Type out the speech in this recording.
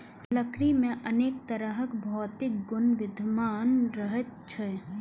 लकड़ी मे अनेक तरहक भौतिक गुण विद्यमान रहैत छैक